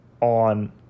on